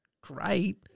great